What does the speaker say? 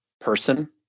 person